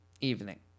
evening